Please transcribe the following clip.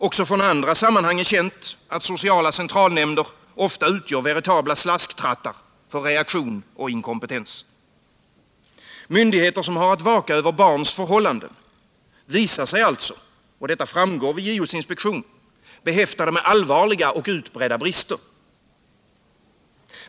Också från andra sammanhang är känt att sociala centralnämnder ofta utgör veritabla slasktrattar för reaktion och inkompetens. Myndigheter, som har att vaka över barns förhållanden, visar sig alltså — och detta framgår vid JO:s inspektion — behäftade med allvarliga och utbredda brister.